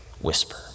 whisper